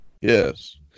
Yes